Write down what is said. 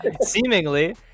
seemingly